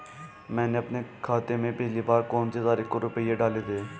मैंने अपने खाते में पिछली बार कौनसी तारीख को रुपये डाले थे?